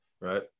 Right